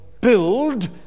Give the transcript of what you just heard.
build